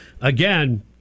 again